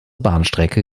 bahnstrecke